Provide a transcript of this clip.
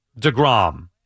DeGrom